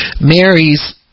Mary's